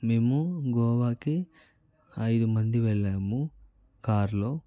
మేము గోవాకి ఐదు మంది వెళ్ళాము కార్లో